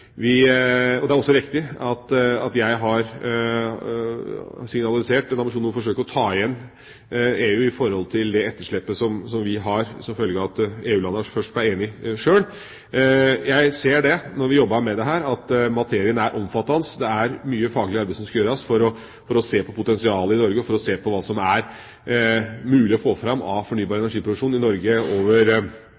og Regjeringas del. Det er også riktig at jeg har signalisert en ambisjon om å forsøke å ta igjen EU i forhold til det etterslepet som vi har som følge av at EU-landene først ble enige sjøl. Jeg ser det, når vi jobber med dette, at materien er omfattende. Det er mye faglig arbeid som skal gjøres for å se på potensialet i Norge og for å se på hva som er mulig å få fram av fornybar